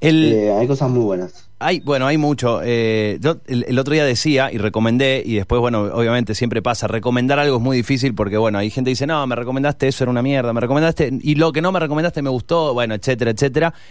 El- Eh, hay cosas muy buenas. Hay- bueno, hay mucho. Eh, yo el- el otro día decía y recomendé, y después, bueno, obviamente siempre pasa, recomendar algo es muy difícil porque, bueno, hay gente que dice, "No, me recomendaste, eso era una mierda, me recomendaste, y lo que no me recomendaste me gustó", bueno, etcétera, etcétera.